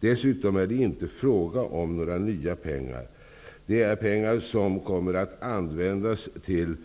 Dessutom är det inte fråga om några nya pengar. Det är pengar som kommer att användas till